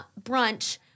brunch